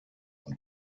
und